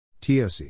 TOC